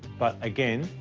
but again,